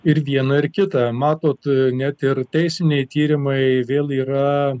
ir viena ir kita matot net ir teisiniai tyrimai vėl yra